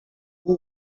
who